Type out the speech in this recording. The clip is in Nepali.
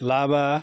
लाभा